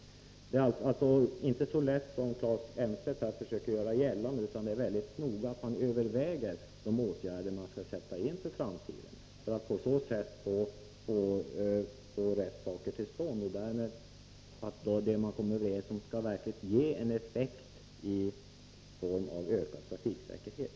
Problemet är alltså inte så lätt som Claes Elmstedt här försöker göra gällande. Det är mycket viktigt att man noga överväger de åtgärder som skall sättas in för framtiden för att på så sätt få till stånd rätt åtgärder. Det är angeläget att de åtgärder som man kommer överens om verkligen ger effekt i form av ökad trafiksäkerhet.